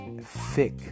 thick